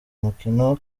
mukino